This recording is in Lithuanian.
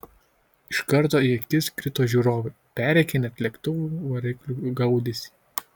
iš karto į akis krito žiūrovai perrėkę net lėktuvų variklių gaudesį